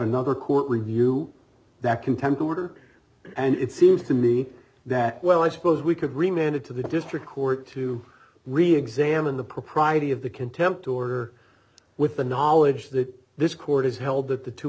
another court review that contempt order and it seems to me that well i suppose we could remain in it to the district court to re examine the propriety of the contempt order with the knowledge that this court has held that the two